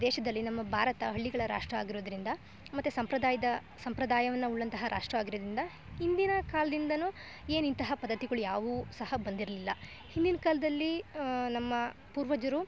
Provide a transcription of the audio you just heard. ದೇಶದಲ್ಲಿ ನಮ್ಮ ಭಾರತ ಹಳ್ಳಿಗಳ ರಾಷ್ಟ್ರ ಆಗಿರೋದರಿಂದ ಮತ್ತು ಸಂಪ್ರದಾಯದ ಸಂಪ್ರದಾಯವನ್ನು ಉಳ್ಳಂತಹ ರಾಷ್ಟ ಆಗಿರೋದ್ರಿಂದ ಹಿಂದಿನ ಕಾಲದಿಂದನೂ ಏನು ಇಂತಹ ಪದ್ದತಿಗಳು ಯಾವುವೂ ಸಹ ಬಂದಿರಲಿಲ್ಲ ಹಿಂದಿನ ಕಾಲದಲ್ಲಿ ನಮ್ಮ ಪೂರ್ವಜರು